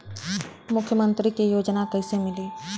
मुख्यमंत्री के योजना कइसे मिली?